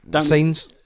Scenes